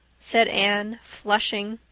said anne, flushing.